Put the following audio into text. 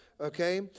Okay